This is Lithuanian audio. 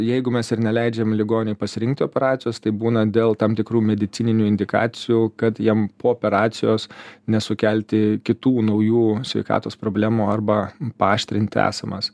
jeigu mes ir neleidžiam ligoniui pasirinkti operacijos taip būna dėl tam tikrų medicininių indikacijų kad jam po operacijos nesukelti kitų naujų sveikatos problemų arba paaštrinti esamas